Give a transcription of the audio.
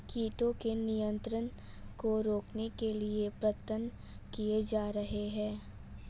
कीटों के नियंत्रण को रोकने के लिए प्रयत्न किये जा रहे हैं